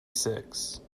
six